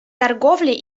торговля